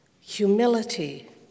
Humility